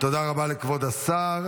תודה רבה לכבוד השר.